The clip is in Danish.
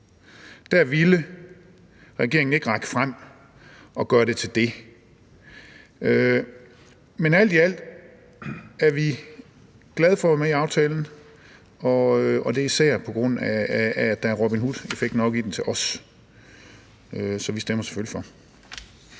Der ville regeringen ikke række hånden frem og gøre det til det. Men alt i alt er vi glade for at være med i aftalen, og det er især, på grund af at der er Robin Hood-effekt nok i den til os, så vi stemmer selvfølgelig for.